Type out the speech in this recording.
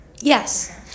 Yes